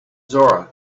zora